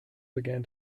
began